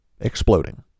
exploding